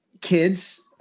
Kids